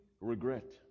regret